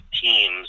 teams